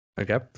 Okay